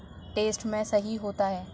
test میں صحیح ہوتا ہے